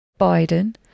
biden